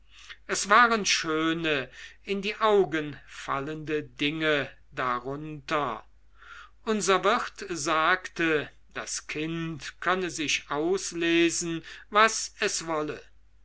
es waren schöne in die augen fallende dinge darunter unser wirt sagte das kind könne sich auslesen was es wolle